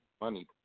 money